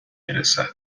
میرسد